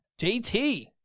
JT